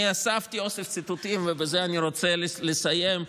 אני אספתי ציטוטים, ובזה אני רוצה לסיים.